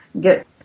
get